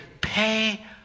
pay